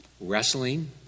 wrestling